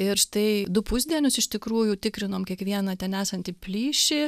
ir štai du pusdienius iš tikrųjų tikrinom kiekvieną ten esantį plyšį